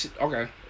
Okay